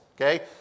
Okay